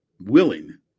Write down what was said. willing